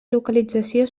localització